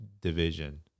division